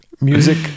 Music